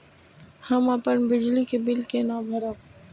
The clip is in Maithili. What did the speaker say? हम अपन बिजली के बिल केना भरब?